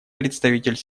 представитель